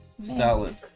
salad